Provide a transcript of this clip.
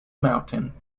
mountain